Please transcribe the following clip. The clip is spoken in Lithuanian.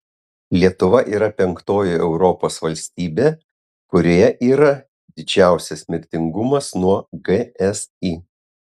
lietuva yra penktoji europos valstybė kurioje yra didžiausias mirtingumas nuo gsi